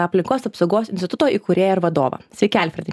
aplinkos apsaugos instituto įkūrėją ir vadovą sveiki alfredai